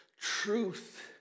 truth